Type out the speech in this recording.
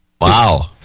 Wow